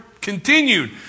continued